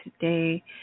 today